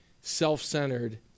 self-centered